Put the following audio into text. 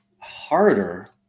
harder